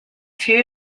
two